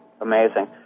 amazing